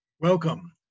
Welcome